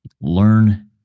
learn